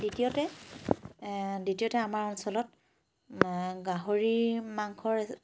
দ্বিতীয়তে দ্বিতীয়তে আমাৰ অঞ্চলত গাহৰি মাংসৰ